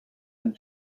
and